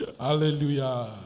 Hallelujah